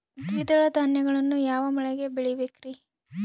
ದ್ವಿದಳ ಧಾನ್ಯಗಳನ್ನು ಯಾವ ಮಳೆಗೆ ಬೆಳಿಬೇಕ್ರಿ?